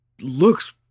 looks